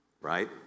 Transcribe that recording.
Right